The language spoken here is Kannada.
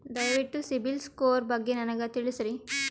ದಯವಿಟ್ಟು ಸಿಬಿಲ್ ಸ್ಕೋರ್ ಬಗ್ಗೆ ನನಗ ತಿಳಸರಿ?